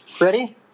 Ready